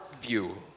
view